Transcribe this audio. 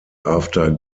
after